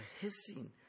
hissing